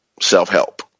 self-help